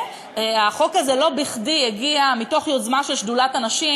החוק הזה לא בכדי הגיע מתוך יוזמה של שדולת הנשים,